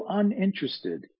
uninterested